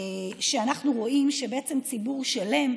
כי אנחנו רואים שבעצם ציבור שלם,